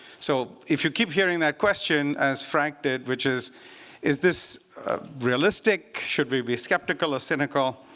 so if you keep hearing that question, as frank did, which is is this realistic? should we be skeptical or cynical?